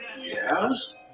Yes